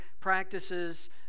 practices